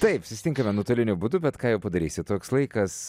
taip susitinkame nuotoliniu būdu bet ką jau padarysi toks laikas